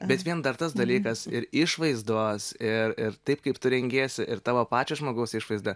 bet vien dar tas dalykas ir išvaizdos ir ir taip kaip tu rengiesi ir tavo pačio žmogaus išvaizda